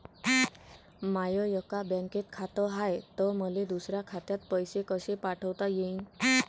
माय एका बँकेत खात हाय, त मले दुसऱ्या खात्यात पैसे कसे पाठवता येईन?